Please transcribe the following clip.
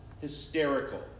hysterical